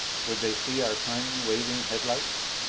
would they see our tiny waving headlights?